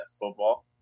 football